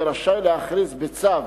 יהיה רשאי להכריז בצו